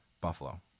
Buffalo